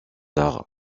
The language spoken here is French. arts